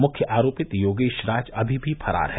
मुख्य आरोपित योगेश राज अभी भी फरार है